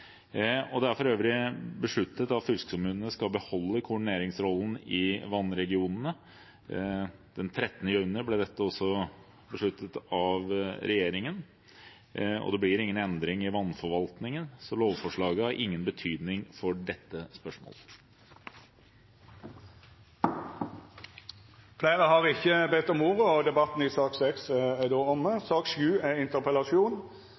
Det er for øvrig besluttet at fylkeskommunene skal beholde koordineringsrollen i vannregionene. Den 13. juni ble dette besluttet av regjeringen. Det blir ingen endring i vannforvaltningen, så lovforslaget har ingen betydning for dette spørsmålet. Fleire har ikkje bedt om ordet til sak nr. 6. I Store norske leksikon kan vi lese at Lopphavet er